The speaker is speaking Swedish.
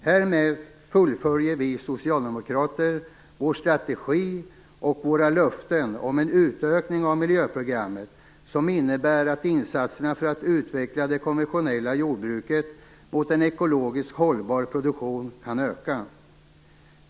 Härmed fullföljer vi socialdemokrater vår strategi och våra löften om en utökning av miljöprogrammet som innebär att insatserna för att utveckla det konventionella jordbruket mot en ekologiskt hållbar produktion kan öka.